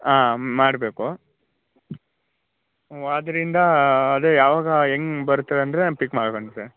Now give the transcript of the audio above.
ಆಂ ಮಾಡಬೇಕು ಹ್ಞೂ ಆದ್ದರಿಂದ ಅದೇ ಯಾವಾಗ ಹೆಂಗ್ ಬರ್ತಿರಂದರೆ ಪಿಕ್ ಮಾಡಿ ಸರ್